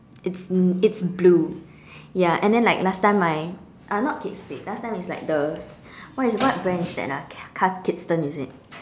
it it's blue ya and then like last time my uh not Kate Spade last time is like the what is what brand is that ah Cath Kidston is it